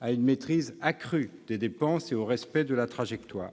à une maîtrise accrue de nos dépenses et au respect de la trajectoire :